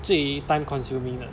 最 time consuming 的